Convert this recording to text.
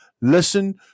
Listen